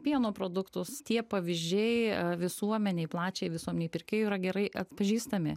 pieno produktus tie pavyzdžiai visuomenei plačiai visuomenei pirkėjų yra gerai atpažįstami